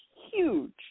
huge